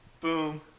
Boom